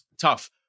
Tough